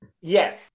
yes